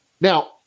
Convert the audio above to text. Now